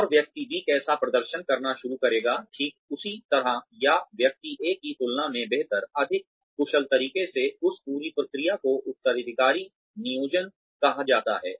और व्यक्ति B कैसा प्रदर्शन करना शुरू करेगा ठीक उसी तरह या व्यक्ति A की तुलना में बेहतर अधिक कुशल तरीके से उस पूरी प्रक्रिया को उत्तराधिकारी नियोजन कहा जाता है